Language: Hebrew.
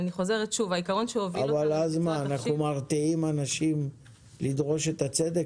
אז אנחנו מרתיעים אנשים לדרוש את הצדק?